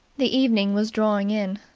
the evening was drawing in.